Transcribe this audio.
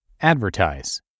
advertise